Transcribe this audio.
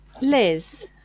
Liz